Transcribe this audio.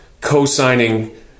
co-signing